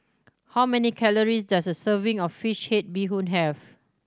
how many calories does a serving of fish head bee hoon have